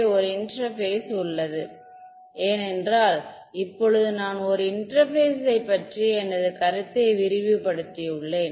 ஒரு இன்டெர்பேஸ் உள்ளது ஏனென்றால் இப்போது நான் ஒரு இன்டெர்பேஸை பற்றிய எனது கருத்தை விரிவுபடுத்தியுள்ளேன்